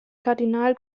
kardinal